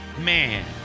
Man